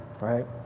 right